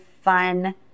fun